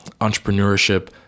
Entrepreneurship